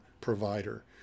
provider